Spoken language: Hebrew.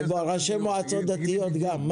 ראשי מועצות דתיות גם.